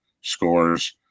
scores